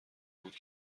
بود